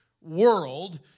world